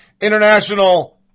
International